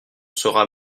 sera